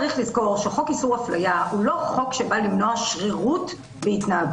צריך לזכור שחוק איסור הפליה הוא לא חוק שבא למנוע שרירות בהתנהגות,